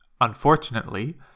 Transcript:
Unfortunately